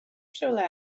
rhywle